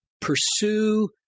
pursue